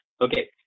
Okay